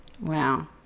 wow